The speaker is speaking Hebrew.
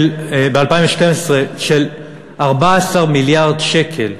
ב-2012, של 14 מיליארד שקל.